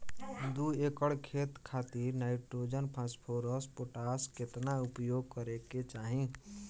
दू एकड़ खेत खातिर नाइट्रोजन फास्फोरस पोटाश केतना उपयोग करे के चाहीं?